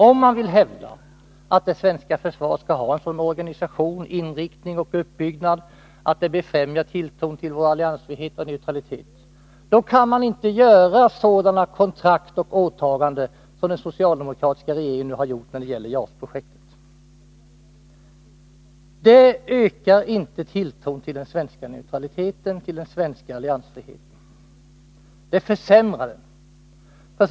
Om man vill hävda att det svenska försvaret skall ha en sådan organisation, inriktning och uppbyggnad att det befrämjar tilltron till vår alliansfrihet och neutralitet kan man inte göra sådana kontrakt och åtaganden som den socialdemokratiska regeringen nu har gjort när det gäller JAS-projektet. Det ökar inte tilltron till den svenska neutraliteten och den svenska alliansfriheten. Det försämrar den.